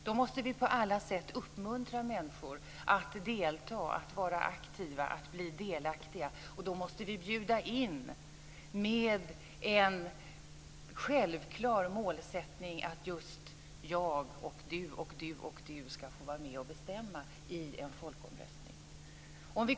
Vi måste på alla sätt uppmuntra människor att bli delaktiga och att vara aktiva, och då måste vi bjuda in med den självklara målsättningen att just jag och du ska få vara med och bestämma i en folkomröstning.